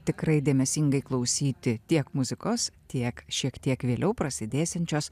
tikrai dėmesingai klausyti tiek muzikos tiek šiek tiek vėliau prasidėsiančios